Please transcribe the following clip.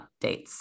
updates